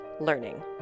learning